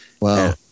Wow